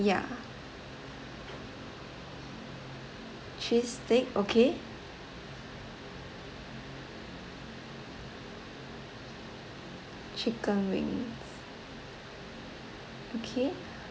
ya cheese stick okay chicken wing okay